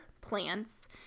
plants